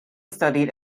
studied